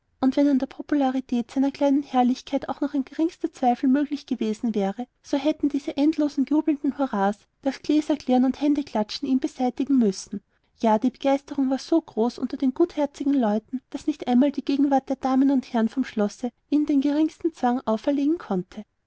und wenn an der popularität seiner kleinen herrlichkeit auch noch der geringste zweifel möglich gewesen wäre so hätten diese endlosen jubelnden hurras das gläserklirren und händeklatschen ihn beseitigen müssen ja die begeisterung war so groß unter den gutherzigen leuten daß nicht einmal die gegenwart der damen und herren vom schloß ihnen den geringsten zwang auferlegen konnte